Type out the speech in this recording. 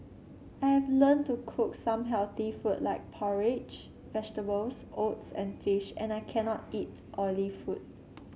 I have learned to cook some healthy food like porridge vegetables oats and fish and I cannot eat oily food